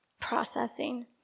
processing